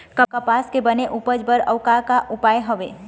कपास के बने उपज बर अउ का का उपाय हवे?